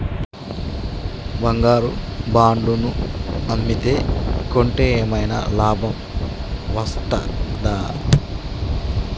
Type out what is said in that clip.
బంగారు బాండు ను అమ్మితే కొంటే ఏమైనా లాభం వస్తదా?